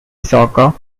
soccer